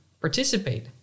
participate